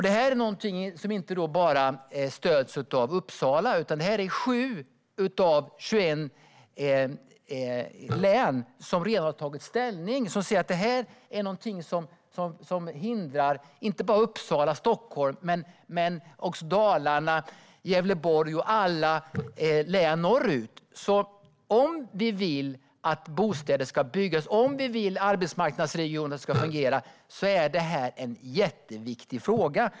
Detta stöds inte bara av Uppsala, utan 7 av 21 län har redan tagit ställning och säger att detta hindrar inte bara Uppsala och Stockholm utan även Dalarna, Gävleborg och alla län norrut. Om vi vill att bostäder ska byggas och att arbetsmarknadsregionen ska fungera är detta alltså en jätteviktig fråga.